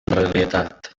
realitat